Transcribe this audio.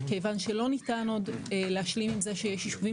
כיוון שלא ניתן עוד להשלים עם זה שיש ישובים